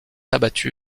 abattu